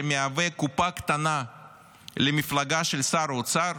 שמהווה קופה קטנה למפלגה של שר אוצר,